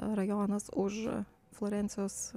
rajonas už florencijos